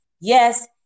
yes